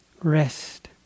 rest